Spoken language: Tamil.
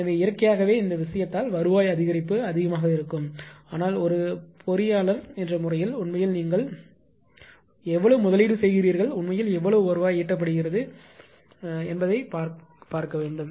எனவே இயற்கையாகவே இந்த விஷயத்தால் வருவாய் அதிகரிப்பு அதிகமாக இருக்கும் ஆனால் ஒரு பொறியியலாளர் என்ற முறையில் உண்மையில் நீங்கள் எவ்வளவு முதலீடு செய்கிறீர்கள் உண்மையில் எவ்வளவு வருவாய் ஈட்டப்படுகிறது என்று பார்ப்போம்